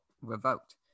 revoked